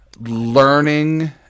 learning